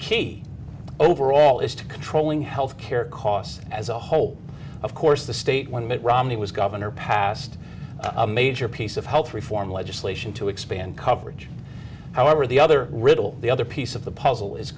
key overall is to controlling health care costs as a whole of course the state when mitt romney was governor passed a major piece of health reform legislation to expand coverage however the other riddle the other piece of the puzzle is